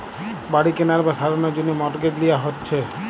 বাড়ি কেনার বা সারানোর জন্যে মর্টগেজ লিয়া হচ্ছে